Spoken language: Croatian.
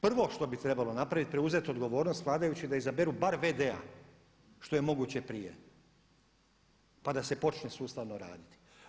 Prvo što bi trebalo napraviti preuzeti odgovornost vladajućih da izaberu bar vd-a što je moguće prije pa da se počne sustavno raditi.